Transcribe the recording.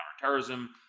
counterterrorism